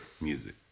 music